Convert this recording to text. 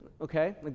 okay